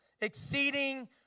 exceeding